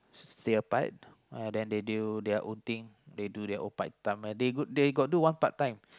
spare part then they do their own thing they do their own part-time they they got do one part-time